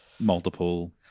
multiple